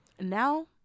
Now